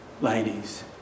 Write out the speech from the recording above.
ladies